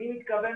תקופת הקורונה,